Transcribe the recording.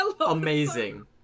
amazing